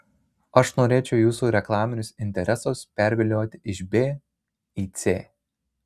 aš norėčiau jūsų reklaminius interesus pervilioti iš b į c